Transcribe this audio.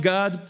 God